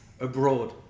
Abroad